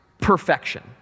perfection